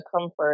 comfort